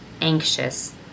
anxious